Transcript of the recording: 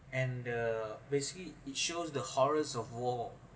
and the basically it shows the horrors of war